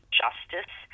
justice